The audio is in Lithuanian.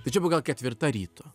tai čia buvo gal ketvirta ryto